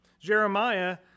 Jeremiah